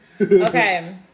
Okay